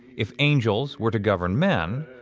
if angels were to govern men,